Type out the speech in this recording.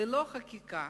ללא חקיקה